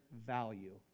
value